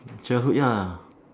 childhood ya